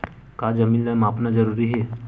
का जमीन ला मापना जरूरी हे?